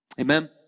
Amen